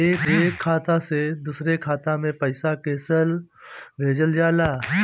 एक खाता से दुसरे खाता मे पैसा कैसे भेजल जाला?